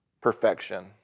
perfection